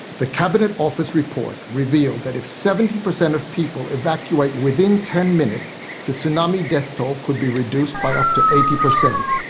the cabinet office report revealed that if seventy percent of people evacuate within ten minutes the tsunami death toll could be reduced by up to eighty percent.